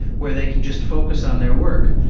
where they can just focus on their work.